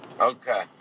Okay